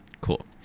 cool